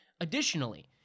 Additionally